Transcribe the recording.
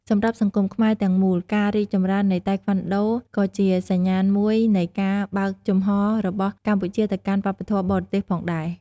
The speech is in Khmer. សម្រាប់សង្គមខ្មែរទាំងមូល ការរីកចម្រើននៃតៃក្វាន់ដូក៏ជាសញ្ញាណមួយនៃការបើកចំហររបស់កម្ពុជាទៅកាន់វប្បធម៌បរទេសផងដែរ។